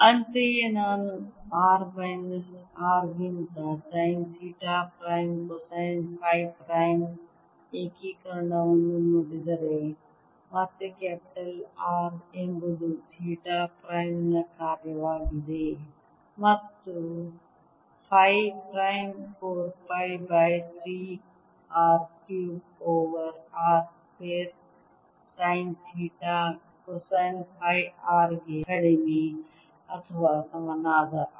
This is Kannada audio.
ಅಂತೆಯೇ ನಾನು r ಮೈನಸ್ R ಗಿಂತ sine theta prime cosine phi ಪ್ರೈಮ್ನ ಏಕೀಕರಣವನ್ನು ನೋಡಿದರೆ ಮತ್ತೆ ಕ್ಯಾಪಿಟಲ್ R ಎಂಬುದು ಥೀಟಾ ಪ್ರೈಮ್ ನ ಕಾರ್ಯವಾಗಿದೆ ಮತ್ತು phi prime 4 pi by 3 r cube over r square sine theta cosine phi r ಗೆ ಕಡಿಮೆ ಅಥವಾ ಸಮನಾದ R